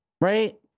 right